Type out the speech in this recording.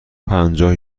پنجاه